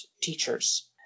teachers